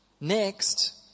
Next